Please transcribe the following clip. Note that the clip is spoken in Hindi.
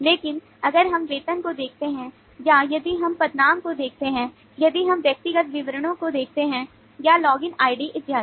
लेकिन अगर हम वेतन को देखते हैं या यदि हम पदनाम को देखते हैं यदि हम व्यक्तिगत विवरणों को देखते हैं या लॉगिन आईडी इत्यादि